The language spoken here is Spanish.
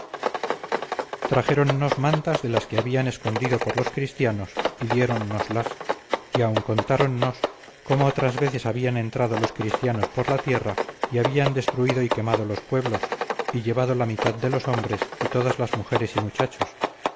trajéronnos mantas de las que habían escondido por los cristianos y diéronnoslas y aun contáronnos cómo otras veces habían entrado los cristianos por la tierra y habían destruido y quemado los pueblos y llevado la mitad de los hombres y todas las mujeres y muchachos